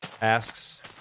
Asks